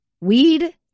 Weed